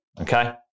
Okay